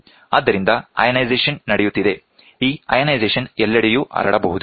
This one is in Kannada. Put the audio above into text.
ಆದ್ದರಿಂದ ಅಯಾನೈಸೇಶನ್ ನಡೆಯುತ್ತಿದೆ ಈ ಅಯಾನೈಸೇಶನ್ ಎಲ್ಲೆಡೆಯೂ ಹರಡಬಹುದು